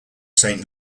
saint